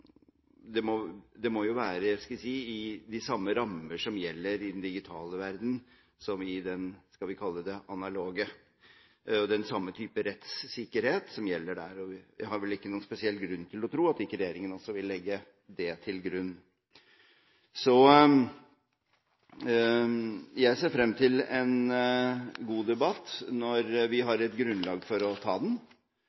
Det må jo være de samme rammer som gjelder i den digitale verdenen som i – skal vi kalle det – den analoge, og den samme type rettssikkerhet som gjelder der. Jeg har vel ikke noen spesiell grunn til å tro at ikke regjeringen også vil legge det til grunn. Jeg ser frem til en god debatt når vi har et grunnlag for å ta den. Å ha